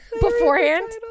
beforehand